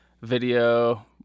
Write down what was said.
video